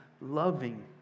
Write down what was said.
loving